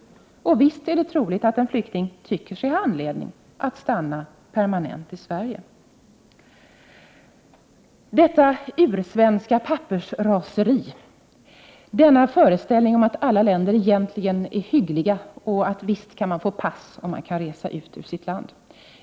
Och visst är det troligt att en flykting tycker sig ha anledning att stanna permanent i Sverige. Detta ursvenska pappersraseri, denna föreställning om att alla länder egentligen är hyggliga och att man visst kan få pass och resa ut ur sitt land!